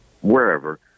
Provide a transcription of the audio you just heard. wherever